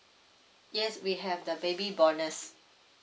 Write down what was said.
yes we have the baby bonus